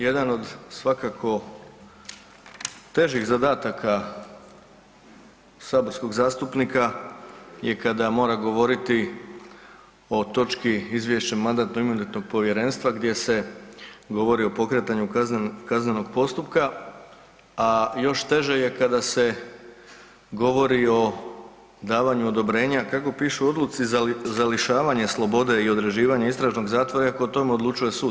Jedan od svakako težih zadataka saborskog zastupnika je kada mora govoriti o točki izvješća Mandatno-imunitetno povjerenstva gdje se govori o pokretanju kaznenog postupka, a još teže je kada se govori o davanju odobrenja, kako piše u odluci za lišavanje slobode i određivanje istražnog zatvora, iako o tome odlučuje sud.